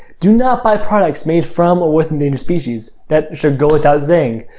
do not buy products made from or with endangered species. that should go without saying.